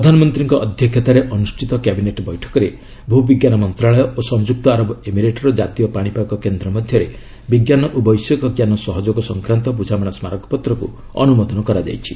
ପ୍ରଧାନମନ୍ତ୍ରୀଙ୍କ ଅଧ୍ୟକ୍ଷତାରେ ଅନୁଷ୍ଠିତ କ୍ୟାବିନେଟ୍ ବୈଠକରେ ଭୂ ବିଜ୍ଞାନ ମନ୍ତ୍ରଣାଳୟ ଓ ସଂଯୁକ୍ତ ଆରବ ଏମିରେଟ୍ର ଜାତୀୟ ପାଶିପାଗ କେନ୍ଦ୍ର ମଧ୍ୟରେ ବିଜ୍ଞାନ ଓ ବୈଷୟିକଜ୍ଞାନ ସହଯୋଗ ସଂକ୍ରାନ୍ତ ବୁଝାମଣା ସ୍ମାରକପତ୍ରକୁ ଅନୁମୋଦନ କରାଯାଇଛି